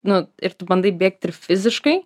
nu ir tu bandai bėgt ir fiziškai